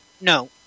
No